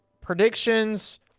predictions